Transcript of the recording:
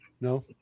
No